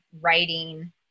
writing